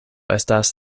estas